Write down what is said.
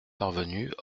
parvenus